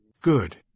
Good